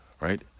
Right